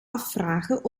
afvragen